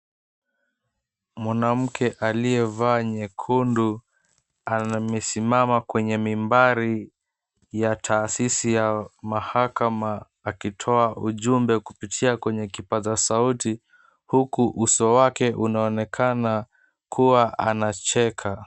Mwanamke aliyevaa nyekundu amesimama kwenye mimbari ya taasisi ya mahakama akitoa ujumbe kupitia kwenye kipaza sauti huku uso wake unaonekana kua anacheka.